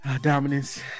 dominance